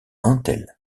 intel